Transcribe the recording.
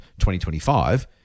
2025